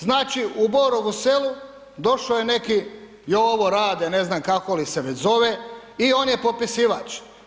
Znači u Borovu selu, došo je neki Jovo, Rade ne znam kako li se već zove i on je popisivač.